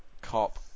cop